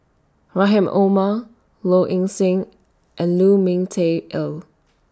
Rahim Omar Low Ing Sing and Lu Ming Teh Earl